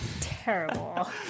terrible